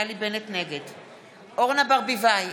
אורנה ברביבאי,